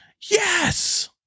yes